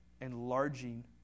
enlarging